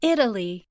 Italy